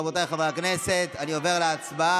רבותיי חברי הכנסת, אני עובר להצבעה.